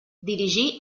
dirigí